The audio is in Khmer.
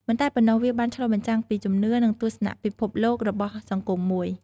មិនតែប៉ុណ្ណោះ វាបានឆ្លុះបញ្ចាំងពីជំនឿ និងទស្សនៈពិភពលោករបស់សង្គមមួយ។